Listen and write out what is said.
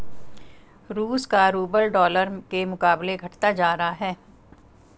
रूस का rouble dollar के मुकाबले घटता जा रहा है